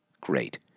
Great